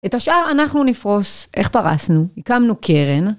את השאר אנחנו נפרוס איך פרסנו, הקמנו קרן.